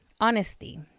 honesty